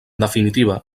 definitiva